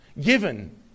given